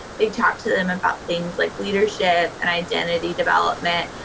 they talk to them about things like leadership and identity development,